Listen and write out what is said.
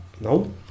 no